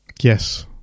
Yes